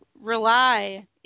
rely